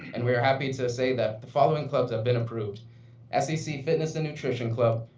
and we are happy to say that the following clubs have been approved scc fitness and nutrition club,